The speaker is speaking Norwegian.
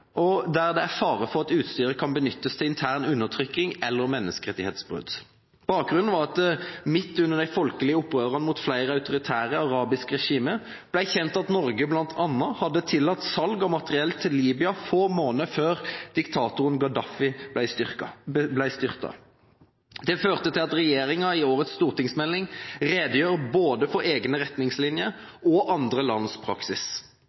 det er fare for at utstyret kan benyttes til intern undertrykking eller menneskerettighetsbrudd. Bakgrunnen var at det midt under de folkelige opprørene mot flere autoritære arabiske regimer ble kjent at Norge bl.a. hadde tillatt salg av materiell til Libya få måneder før diktatoren Gaddafi ble styrtet. Det førte til at regjeringen i årets stortingsmelding redegjør for både egne retningslinjer og andre lands praksis.